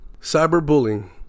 Cyberbullying